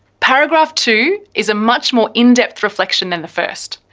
paragraph two is a much more in-depth reflection than the first.